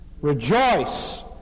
Rejoice